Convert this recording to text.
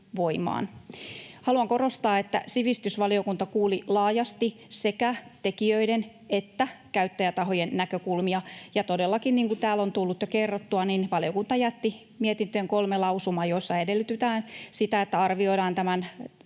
Haluan korostaa, että sivistysvaliokunta kuuli laajasti sekä tekijöiden että käyttäjätahojen näkökulmia. Ja todellakin, niin kuin täällä on tullut jo kerrottua, valiokunta jätti mietintöön kolme lausumaa, joissa edellytetään sitä, että arvioidaan tämän